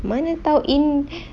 mana tahu in